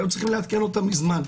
היו צריכים לעדכן אותם מזמן.